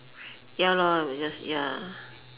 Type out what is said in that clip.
ya lor just ya